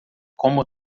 como